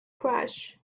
crash